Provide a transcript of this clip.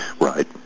Right